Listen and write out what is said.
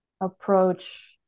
approach